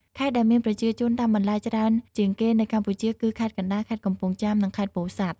ខេត្តដែលមានប្រជាជនដាំបន្លែច្រើនជាងគេនៅកម្ពុជាគឺ ខេត្តកណ្ដាល ខេត្តកំពង់ចាម និង ខេត្តពោធិ៍សាត់។